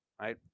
right